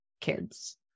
kids